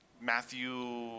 Matthew